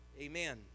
Amen